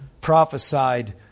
prophesied